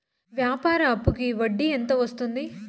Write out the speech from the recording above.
వ్యాపార అప్పుకి వడ్డీ ఎంత వస్తుంది?